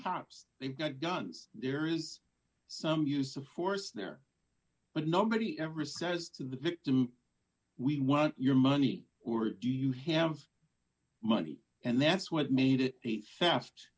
cops they've got guns there is some use of force there but nobody ever says to the victim we want your money or do you have money and that's what made it a theft